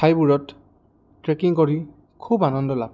ঠাইবোৰত ট্ৰেকিং কৰি খুব আনন্দ লাভ কৰোঁ